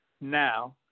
now